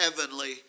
heavenly